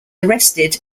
arrested